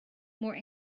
more